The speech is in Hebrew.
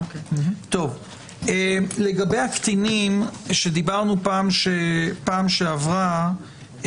לגבי הקטינים שדיברנו פעם שעברה,